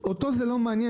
אותו זה לא מעניין,